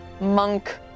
monk